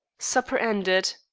supper ended,